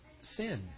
sin